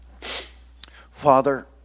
Father